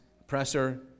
oppressor